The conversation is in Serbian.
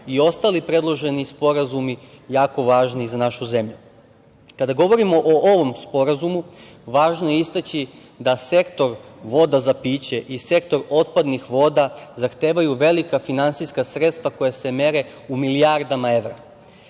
i ostali predloženi sporazumi jako važni za našu zemlju. Kada govorimo o ovom sporazumu, važno je istaći da sektor voda za piće i sektor otpadnih voda zahtevaju velika finansijska sredstva koja se mere u milijardama evra,